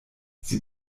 sie